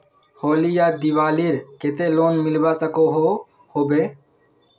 होली या दिवालीर केते लोन मिलवा सकोहो होबे?